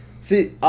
See